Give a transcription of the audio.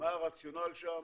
מה הרציונל שם.